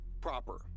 proper